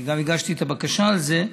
גם אני הגשתי את הבקשה על זה.